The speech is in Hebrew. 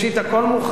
הכול מוכן.